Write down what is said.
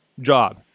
job